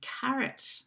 carrot